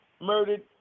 murdered